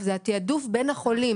וזה מהלך גדול,